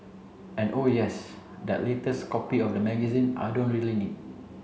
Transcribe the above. and oh yes that latest copy of the magazine I don't really need